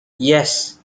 yes